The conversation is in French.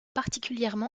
particulièrement